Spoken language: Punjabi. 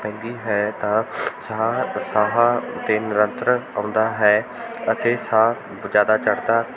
ਪੈਂਦੀ ਹੈ ਤਾਂ ਸਾਹ ਸਾਹਾਂ 'ਤੇ ਨਿਯੰਤਰਨ ਆਉਂਦਾ ਹੈ ਅਤੇ ਸਾਹ ਜ਼ਿਆਦਾ ਚੜ੍ਹਦਾ